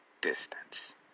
distance